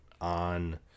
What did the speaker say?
on